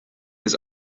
his